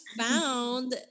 found